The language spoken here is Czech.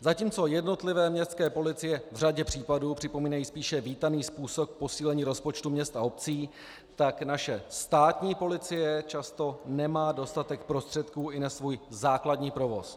Zatímco jednotlivé městské policie v řadě případů připomínají spíše vítaný způsob posílení rozpočtu měst a obcí, tak naše státní policie často nemá dostatek prostředků i na svůj základní provoz.